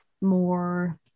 more